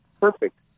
Perfect